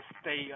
stay